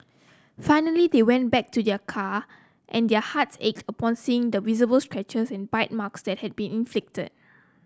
finally they went back to their car and their hearts ached upon seeing the visible scratches and bite marks that had been inflicted